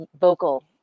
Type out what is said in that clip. vocal